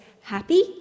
happy